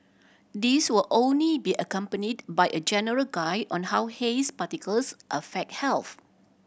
these will only be accompanied by a general guide on how haze particles affect health